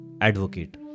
advocate